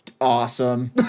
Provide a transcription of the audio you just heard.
awesome